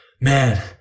man